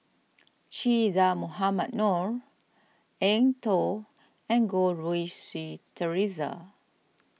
Che Dah Mohamed Noor Eng Tow and Goh Rui Si theresa